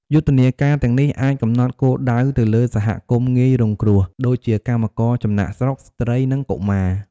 យុទ្ធនាការទាំងនេះអាចកំណត់គោលដៅទៅលើសហគមន៍ងាយរងគ្រោះ ដូចជាកម្មករចំណាកស្រុក ស្ត្រី និងកុមារ។